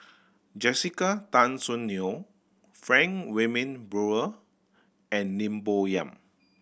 Jessica Tan Soon Neo Frank Wilmin Brewer and Lim Bo Yam